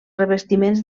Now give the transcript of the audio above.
revestiments